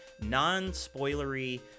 non-spoilery